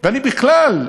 ואני בכלל,